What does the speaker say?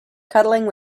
cuddling